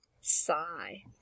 Sigh